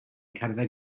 cerdded